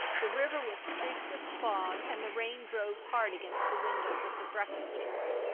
the river was streaked with fog and the rain drove hard against the windows of the breakfast-room.